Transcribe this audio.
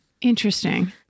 Interesting